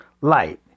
Light